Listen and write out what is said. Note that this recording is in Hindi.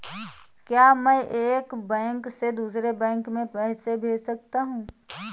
क्या मैं एक बैंक से दूसरे बैंक में पैसे भेज सकता हूँ?